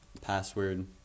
password